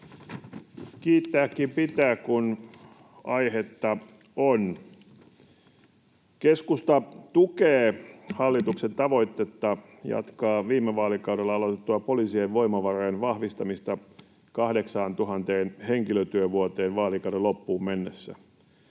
Kiittääkin pitää, kun aihetta on. Keskusta tukee hallituksen tavoitetta jatkaa viime vaalikaudella aloitettua poliisien voimavarojen vahvistamista 8 000 henkilötyövuoteen vaalikauden loppuun mennessä.